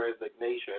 resignation